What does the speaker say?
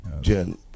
Jen